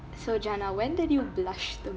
so jana when did you blush the